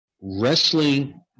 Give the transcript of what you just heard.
wrestling